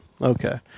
Okay